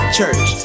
church